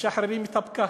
משחררים את הפקק.